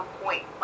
point